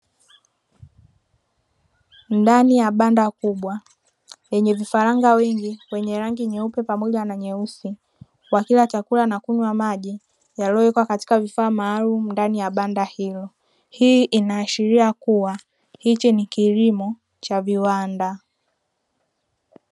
Ndani ya banda kubwa lenye vifaranga wengi wenye rangi nyeupe pamoja na nyeusi wakila chakula na kunywa maji yaliyowekwa katika vifaa maalumu ndani ya banda hilo hii inaashiria kuwa hiki ni kilimo cha viwanda.